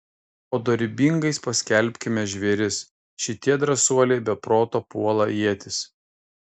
o dorybingais paskelbkime žvėris šitie drąsuoliai be proto puola ietis